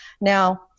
Now